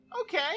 Okay